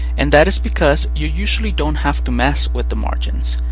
and that is because you usually don't have to mess with the margins.